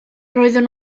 roedden